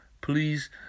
Please